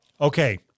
okay